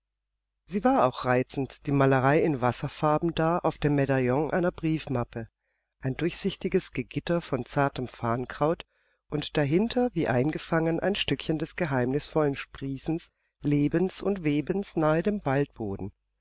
sie war auch reizend die malerei in wasserfarben da auf dem medaillon einer briefmappe ein durchsichtiges gegitter von zartem farnkraut und dahinter wie eingefangen ein stückchen des geheimnisvollen sprießens lebens und webens nahe dem waldboden